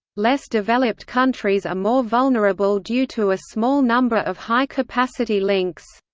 less-developed countries are more vulnerable due to a small number of high-capacity links.